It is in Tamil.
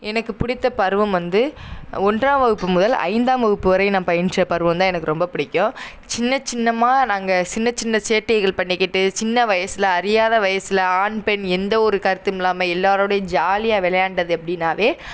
எனக்கு பிடித்த பருவம் வந்து ஒன்றாம் வகுப்பு முதல் ஐந்தாம் வகுப்பு வரை நான் பயின்ற பருவந்தான் எனக்கு ரொம்ப பிடிக்கும் சின்ன சின்ன நாங்கள் சின்ன சின்ன சேட்டைகள் பண்ணிக்கிட்டு சின்ன வயசில் அறியாத வயசில் ஆண் பெண் எந்த ஒரு கருத்துமில்லாமல் எல்லோரோடையும் ஜாலியாக விளையாண்டது அப்படினாவே